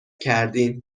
کردیم